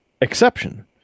exception